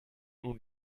nun